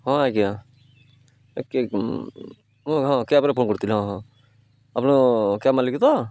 ହଁ ଆଜ୍ଞା ମୁଁ ହଁ କ୍ୟାବ୍ରେ ଫୋନ୍ କରିଥିଲି ହଁ ହଁ ଆପଣ କ୍ୟାବ୍ ମାଲିକ ତ